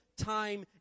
time